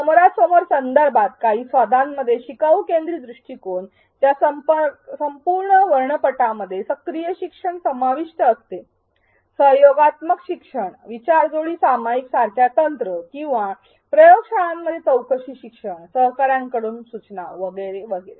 समोरासमोर संदर्भात काही स्वादांमध्ये शिकाऊ केंद्रीत दृष्टीकोन च्या संपूर्ण वर्णपटामध्ये सक्रिय शिक्षण समाविष्ट असते सहयोगात्मक शिक्षण विचार जोडी सामायिक सारख्या तंत्र किंवा प्रयोगशाळांमध्ये चौकशी शिक्षण सहकाऱ्यांकडून सूचना वगैरे वगैरे